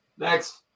Next